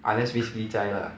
unless 在 lah